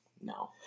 No